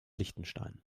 liechtenstein